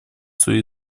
свои